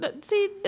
See